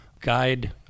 guide